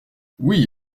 oui